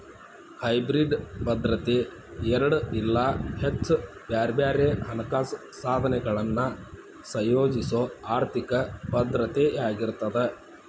hybrid ಭದ್ರತೆ ಎರಡ ಇಲ್ಲಾ ಹೆಚ್ಚ ಬ್ಯಾರೆ ಬ್ಯಾರೆ ಹಣಕಾಸ ಸಾಧನಗಳನ್ನ ಸಂಯೋಜಿಸೊ ಆರ್ಥಿಕ ಭದ್ರತೆಯಾಗಿರ್ತದ